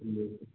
जी